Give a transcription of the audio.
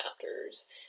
chapters